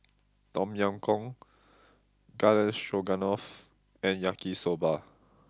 Tom Yam Goong Garden Stroganoff and Yaki soba